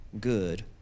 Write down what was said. good